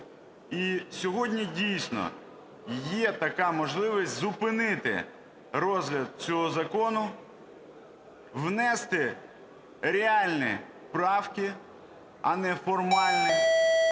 І сьогодні, дійсно, є така можливість зупинити розгляд цього закону, внести реальні правки, а не формальні,